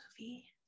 movie